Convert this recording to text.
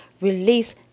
release